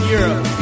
Europe